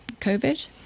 COVID